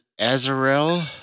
Azarel